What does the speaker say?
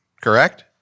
correct